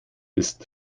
ist